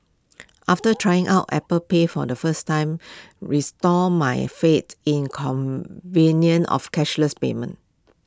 after trying out Apple pay for the first time restored my fat in convenience of cashless payments